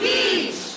Beach